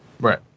Right